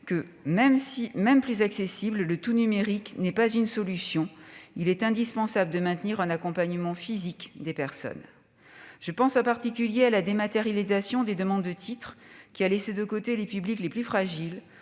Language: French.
que, même plus accessible, le « tout numérique » n'est pas une solution : il est indispensable de maintenir un accompagnement physique des personnes. Je pense, en particulier, à la dématérialisation des demandes de titres, qui a laissé de côté les publics les plus fragiles,